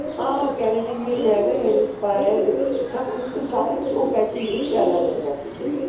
ہاں ہاں کیرٹین مل جائے گا ہیئر اسپا ہے سب وہ سارے کٹ اس کے الگ ہیں پیکیجز